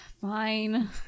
fine